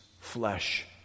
flesh